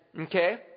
okay